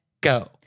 go